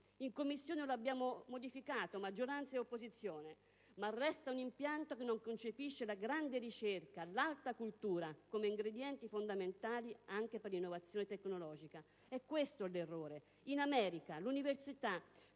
In Commissione lo abbiamo modificato, maggioranza e opposizione, ma resta un impianto che non concepisce la grande ricerca e l'alta cultura come ingredienti fondamentali anche per l'innovazione tecnologica. È l'errore questo. In America le università